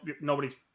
nobody's